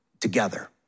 together